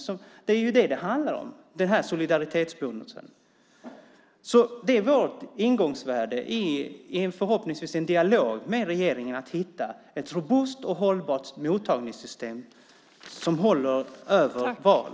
Det är det den här solidaritetsbonusen handlar om. Det är vårt ingångsvärde i den dialog med regeringen som vi hoppas på för att hitta ett robust och hållbart mottagningssystem som håller över val.